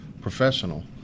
professional